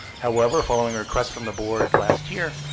however, following a request from the board last year,